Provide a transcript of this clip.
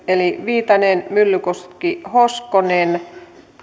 eli viitanen myllykoski hoskonen